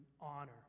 honor